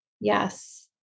Yes